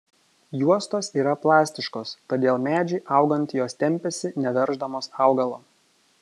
juostos yra plastiškos todėl medžiui augant jos tempiasi neverždamos augalo